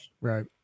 Right